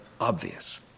obvious